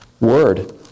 word